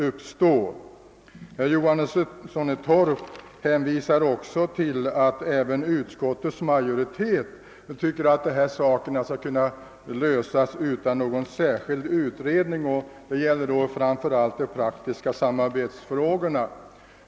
Herr Johansson i Torp hänvisade också till att utskottets majoritet anser att denna fråga skall kunna lösas utan någon särskild utredning, som i så fall framför allt skulle avse de praktiska samarbetsfrågorna.